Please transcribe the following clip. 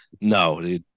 no